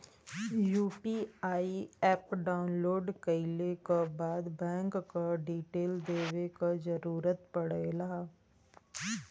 UPI app download कइले क बाद बैंक क डिटेल देवे क जरुरत पड़ेला